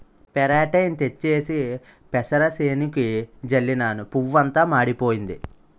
పెరాటేయిన్ తెచ్చేసి పెసరసేనుకి జల్లినను పువ్వంతా మాడిపోయింది